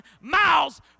miles